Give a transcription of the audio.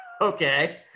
Okay